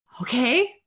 okay